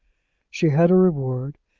she had her reward,